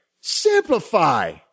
simplify